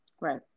Right